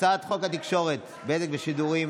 הצעת חוק התקשורת (בזק ושידורים)